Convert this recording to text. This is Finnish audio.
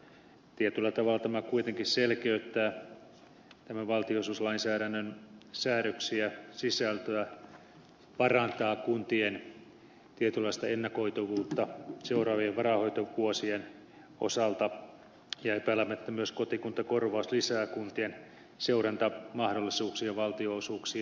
tietyllä tavalla tämä kuitenkin selkeyttää tämän valtionosuuslainsäädännön säädöksiä sisältöä parantaa kuntien tietynlaista ennakoitavuutta seuraavien varainhoitovuosien osalta ja epäilemättä myös kotikuntakorvaus lisää kuntien seurantamahdollisuuksia valtionosuuksien osalta